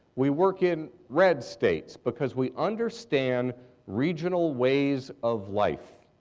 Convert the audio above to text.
we work in red states because we understand regional ways of life.